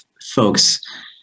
folks